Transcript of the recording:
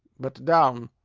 but down!